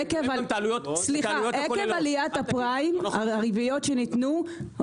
עקב עליית הפריים הריביות שניתנו,